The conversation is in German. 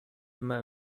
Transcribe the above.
immer